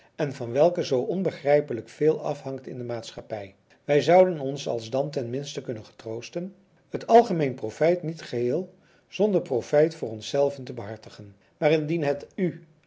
en van welke zoo onbegrijpelijk veel afhangt in de maatschappij wij zouden ons alsdan ten minste kunnen getroosten het algemeen profijt niet geheel zonder profijt voor onszelven te behartigen maar indien het u